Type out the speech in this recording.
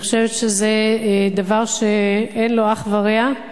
אני חושבת שזה דבר שאין לו אח ורע.